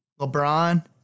LeBron